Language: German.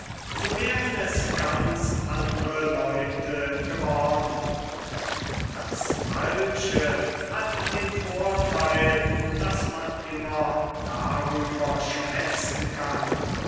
so wären es ganz andre leute geworden das falsche hat den vorteil daß man immer darüber schwätzen kann